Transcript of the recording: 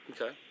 Okay